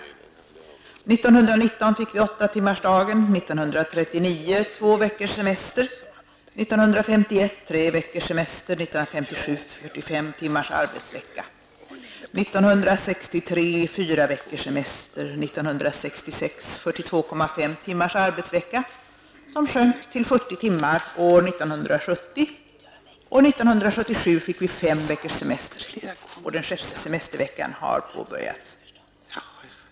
1919 fick vi 8-timmarsdagen, 1939 fick vi 2 1957 fick vi 45 timmars arbetsvecka, 1963 fick vi 4 veckors semester, 1966 fick vi 42,5 timmars arbetsvecka, som sjönk till 40 timmar år 1970 och 1977 fick vi 5 veckors semester. Och den sjätte semesterveckan har påbörjats.